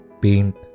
paint